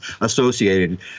associated